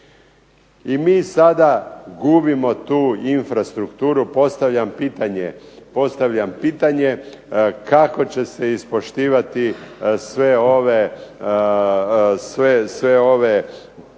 I mi sada gubimo tu infrastrukturu. Postavljam pitanje, kako će se ispoštovati sve ove